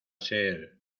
ser